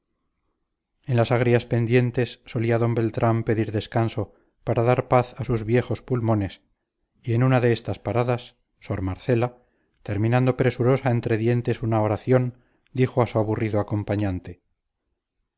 en las agrias pendientes solía d beltrán pedir descanso para dar paz a sus viejos pulmones y en una de estas paradas sor marcela terminando presurosa entre dientes una oración dijo a su aburrido acompañante